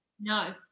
no